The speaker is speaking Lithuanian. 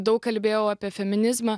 daug kalbėjau apie feminizmą